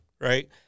right